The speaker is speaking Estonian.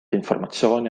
informatsiooni